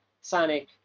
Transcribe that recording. Sonic